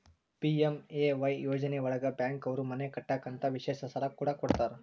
PMAY ಯೋಜನೆ ಒಳಗ bank ಅವ್ರು ಮನೆ ಕಟ್ಟಕ್ ಅಂತ ವಿಶೇಷ ಸಾಲ ಕೂಡ ಕೊಡ್ತಾರ